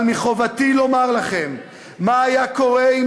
אבל מחובתי לומר לכם מה היה קורה אם